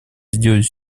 сделать